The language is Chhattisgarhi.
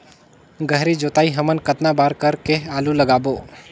गहरी जोताई हमन कतना बार कर के आलू लगाबो?